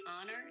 honor